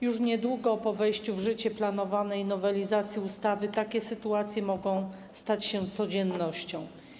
Już niedługo, po wejściu w życie planowanej nowelizacji ustawy takie sytuacje mogą stać się codziennością.